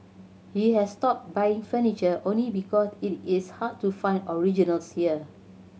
he has stopped buying furniture only because it is hard to find originals here